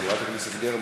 חברת הכנסת גרמן,